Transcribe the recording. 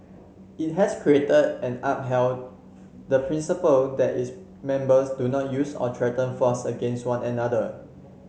it has created and upheld the principle that its members do not use or threaten force against one another